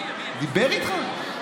דיבר איתך?